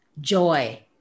joy